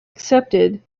accepted